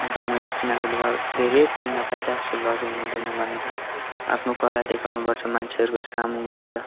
अन्त मैले तिनीहरूकोबाट धेरै प्रेरणा पाइरहेको छु लजाउनु हुँदैन भनेर आफ्नो कला देखाउनु पर्छ मान्छेहरूको सामु भनेर